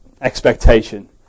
expectation